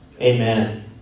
Amen